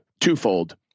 twofold